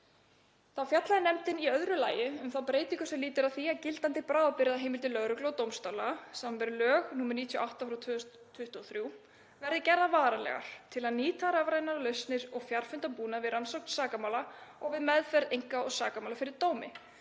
Þá fjallaði nefndin í öðru lagi um þá breytingu sem lýtur að því að gildandi bráðabirgðaheimildir lögreglu og dómstóla, sbr. lög nr. 98/2023, verði gerðar varanlegar til að nýta rafrænar lausnir og fjarfundarbúnað við rannsókn sakamála og við meðferð einka- og sakamála fyrir dómi,